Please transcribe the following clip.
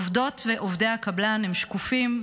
עובדות ועובדי הקבלן הם שקופים,